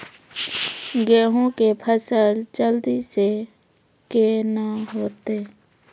गेहूँ के फसल जल्दी से के ना होते?